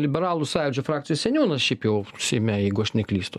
liberalų sąjūdžio frakcijos seniūnas šiaip jau seime jeigu aš neklystu